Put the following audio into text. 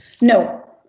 No